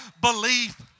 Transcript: belief